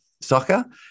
soccer